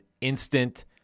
instant